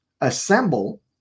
assemble